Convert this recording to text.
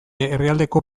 herrialdeko